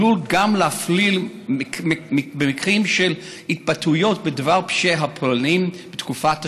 עלול גם להפליל במקרים של התבטאויות בדבר פשעי הפולנים בתקופת השואה.